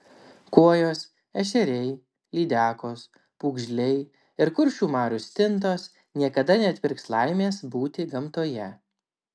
kuojos ešeriai lydekos pūgžliai ir kuršių marių stintos niekada neatpirks laimės būti gamtoje